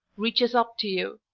reaches up to you.